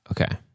Okay